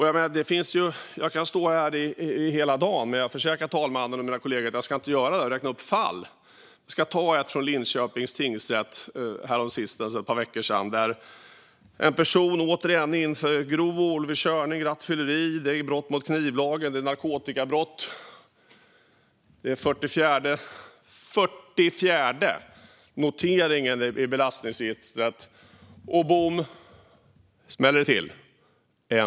Jag kan stå här hela dagen och räkna upp fall. Jag försäkrar talmannen och mina kollegor att jag inte ska göra det, men jag ska ta ett fall från Linköpings tingsrätt för ett par veckor sedan. En person hade återigen tagits för grov olovlig körning, rattfylleri, brott mot knivlagen och narkotikabrott. Det var den 44:e noteringen i belastningsregistret, 44:e! Sedan smäller det till - bom!